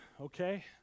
okay